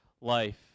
life